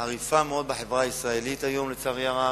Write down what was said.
חריפה מאוד, בחברה הישראלית היום, לצערי הרב.